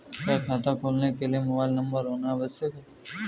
क्या खाता खोलने के लिए मोबाइल नंबर होना आवश्यक है?